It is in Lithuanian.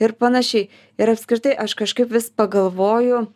ir panašiai ir apskritai aš kažkaip vis pagalvoju